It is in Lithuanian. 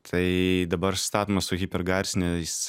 tai dabar statoma su hipergarsiniais